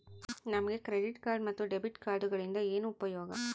ನಮಗೆ credit card ಮತ್ತು debit ಕಾರ್ಡುಗಳಿಂದ ಏನು ಉಪಯೋಗ?